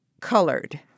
colored